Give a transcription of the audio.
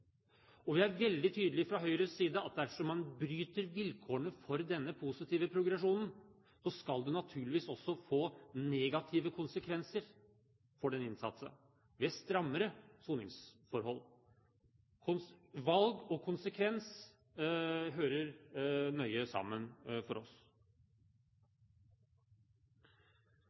Vi er veldig tydelig fra Høyres side på at dersom man bryter vilkårene for denne positive progresjonen, skal det naturligvis også få negative konsekvenser for den innsatte ved strammere soningsforhold. Valg og konsekvens hører nøye sammen for oss.